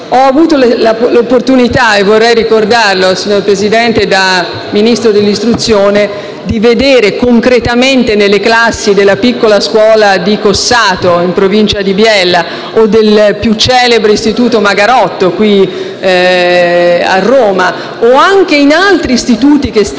Ho avuto l'opportunità - e vorrei ricordarlo, signor Presidente - da Ministro dell'istruzione di vedere concretamente, nelle classi della piccola scuola di Cossato, in Provincia di Biella, o del più celebre istituto Antonio Magarotto a Roma o anche in altri istituti che stanno